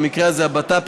במקרה הזה הבט"פ,